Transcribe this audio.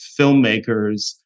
filmmakers